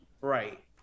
right